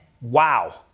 Wow